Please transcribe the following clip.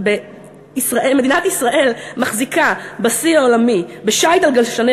מדינת ישראל מחזיקה בשיא העולמי בשיט על גלשני